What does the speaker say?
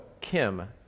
Kim